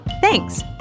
Thanks